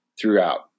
Throughout